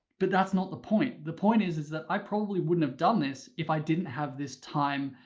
but that's not the point. the point is is that i probably wouldn't have done this if i didn't have this time,